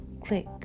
click